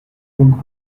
old